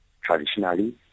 traditionally